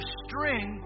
string